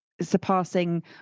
surpassing